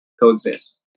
coexist